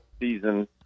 season